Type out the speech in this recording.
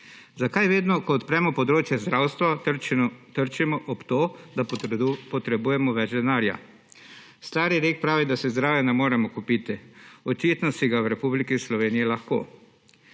Zakaj vedno, ko odpremo področje zdravstva, trčimo ob to, da potrebujemo več denarja? Stari rek pravi, da se zdravja ne moremo kupiti. Očitno si ga v Republiki Sloveniji lahko.